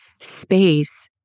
space